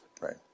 Right